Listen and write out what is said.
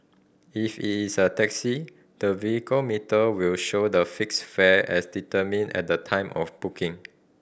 if it is a taxi the vehicle meter will show the fixed fare as determined at the time of booking